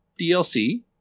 DLC